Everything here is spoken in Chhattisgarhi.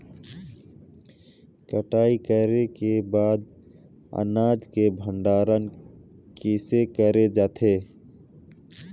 कटाई करे के बाद ल अनाज के भंडारण किसे करे जाथे?